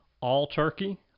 all-turkey